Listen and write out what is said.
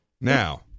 Now